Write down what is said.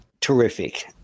terrific